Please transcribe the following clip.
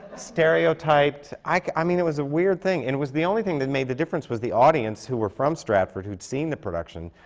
stereotyped i mean, it was a weird thing. and it was the only thing that made the difference was the audience, who were from stratford, who'd seen the production,